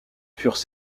furent